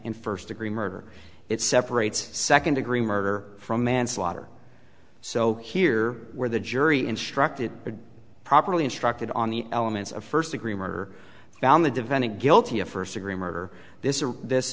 degree murder it separates second degree murder from manslaughter so here where the jury instructed properly instructed on the elements of first degree murder found the defendant guilty of first degree murder this this